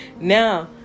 now